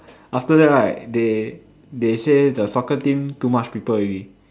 after that right they they say the soccer team too much people already